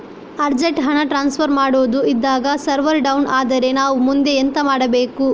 Urgent ಹಣ transfer ಮಾಡೋದಕ್ಕೆ ಇದ್ದಾಗ ಸರ್ವರ್ ಡೌನ್ ಆದರೆ ನಾವು ಮುಂದೆ ಎಂತ ಮಾಡಬೇಕು?